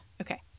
okay